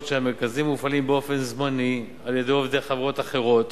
שהמרכזים מופעלים באופן זמני על-ידי עובדי חברות אחרות